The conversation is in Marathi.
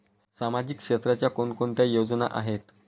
सामाजिक क्षेत्राच्या कोणकोणत्या योजना आहेत?